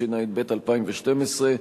התשע"ב 2012,